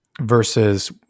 versus